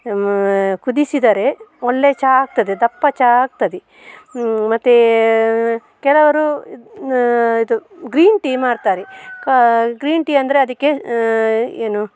ಕುದಿಸಿದರೆ ಒಳ್ಳೆಯ ಚಹಾ ಆಗ್ತದೆ ದಪ್ಪ ಚಹಾ ಆಗ್ತದೆ ಮತ್ತು ಕೆಲವರು ಇದು ಗ್ರೀನ್ ಟೀ ಮಾಡ್ತಾರೆ ಕ ಗ್ರೀನ್ ಟೀ ಅಂದರೆ ಅದಕ್ಕೆ ಏನು